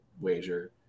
wager